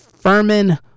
Furman